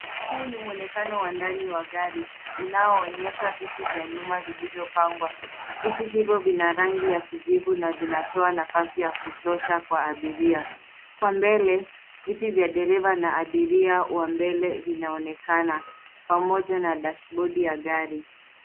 Huu ni mwonekano wa ndani wa gari, unaoonyesha viti vya nyuma vilivyopangwa. Viti hivo vina rangi ya kijivu na vinatoa nafasi ya kutosha kwa abiria. Kwa mbele, viti vya dereva na abiria wa mbele vinaonekana, pamoja na dashbodi ya gari.